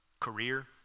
career